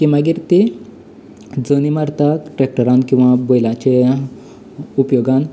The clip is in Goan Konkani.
की मागीर तें जनी मारतात ट्रेक्टरांत किंवा बैलाच्या उपयोगान